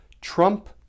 Trump